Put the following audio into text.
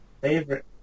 Favorite